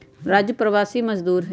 राजू प्रवासी मजदूर हई